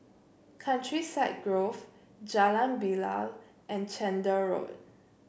Countryside Grove Jalan Bilal and Chander Road